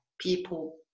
people